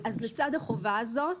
אז לצד החובה הזאת,